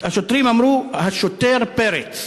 השוטרים אמרו: השוטר פרץ.